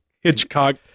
Hitchcock